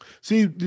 See